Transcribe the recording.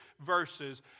verses